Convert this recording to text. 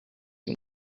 you